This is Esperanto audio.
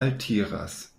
altiras